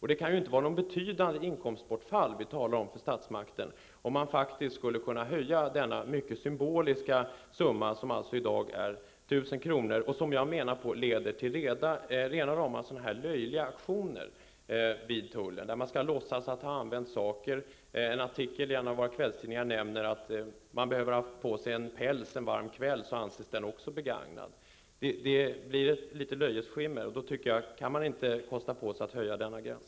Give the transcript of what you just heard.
Det kan inte vara fråga om något betydande inkomstbortfall för statsmakten om denna symboliska summa på 1 000 kr. höjs. Den summan leder till rena, rama löjeväckande aktioner vid tullen, man kan t.ex. låtsas att man har använt saker. I en artikel i en av våra kvällstidningar står det att har man t.ex. haft på sig en päls en varm kväll, så anses den begagnad. Det blir ett löjets skimmer över det hela. Går det inte att höja denna gräns?